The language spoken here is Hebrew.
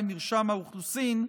למרשם האוכלוסין,